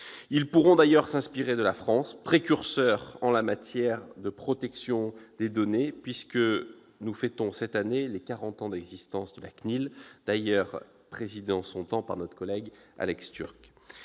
Ils pourront d'ailleurs s'inspirer de la France, précurseur en matière de protection des données, puisque nous fêtons cette année les quarante années d'existence de la CNIL, d'ailleurs présidée en son temps par notre ancien collègue Alex Türk.